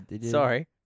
Sorry